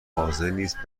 حاضرنیست